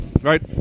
Right